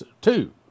two